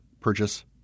purchase